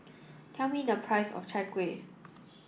tell me the price of Chai Kuih